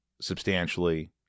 substantially